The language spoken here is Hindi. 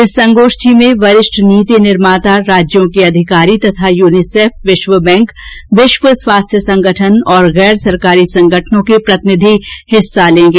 इस संगोष्ठी में वरिष्ठ नीति निर्माता राज्यों के अधिकारी तथा यूनिसेफ विश्व बैंक विश्व स्वास्थ्य संगठन और गैर सरकारी संगठनों के प्रतिनिधि हिस्सा लेंगे